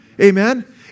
amen